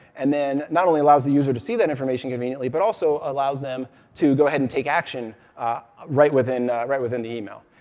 and then not only allows the user to see that information conveniently, but also allows them to go ahead and take action right within right within the email.